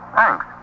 Thanks